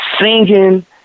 singing